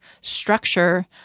structure